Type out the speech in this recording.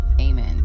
Amen